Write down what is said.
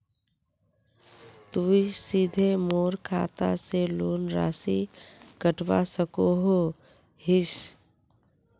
तुई सीधे मोर खाता से लोन राशि कटवा सकोहो हिस?